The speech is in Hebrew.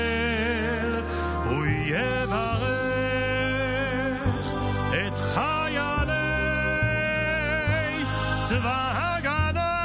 הוא יברך את חיילי צבא ההגנה